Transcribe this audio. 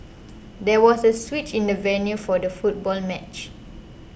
there was a switch in the venue for the football match